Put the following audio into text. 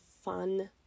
fun